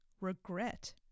regret